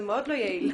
זה מאוד לא יעיל.